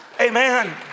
Amen